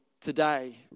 today